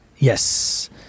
Yes